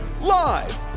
Live